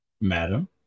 Madam